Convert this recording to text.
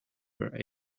were